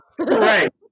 Right